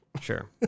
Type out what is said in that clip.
Sure